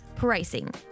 pricing